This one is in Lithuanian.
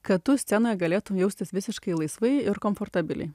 kad tu scenoje galėtum jaustis visiškai laisvai ir komfortabiliai